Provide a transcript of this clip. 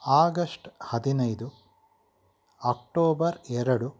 August ಹದಿನೈದು October ಎರಡು